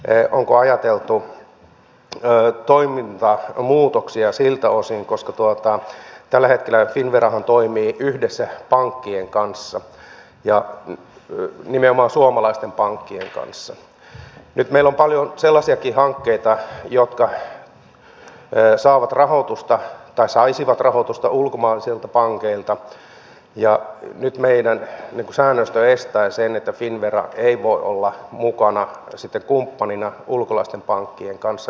eun ulko mutta onko tämän rahan käyttämisessä ajateltu toimintamuutoksia koska tällä hetkellähän finnvera toimii yhdessä pankkien kanssa nimenomaan suomalaisten pankkien kanssa ja nyt meillä on paljon sellaisiakin hankkeita jotka saisivat rahoitusta ulkomaisilta pankeilta ja nyt meidän säännöstömme estää sen että finnvera ei voi olla mukana kumppanina ulkomaisten pankkien kanssa